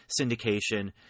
syndication